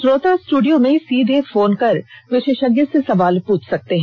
श्रोता स्टूडियो में सीधे फोन कर विशेषज्ञ से सवाल पूछ सकते हैं